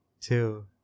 Two